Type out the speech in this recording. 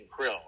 krill